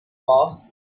boss